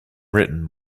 been